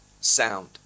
sound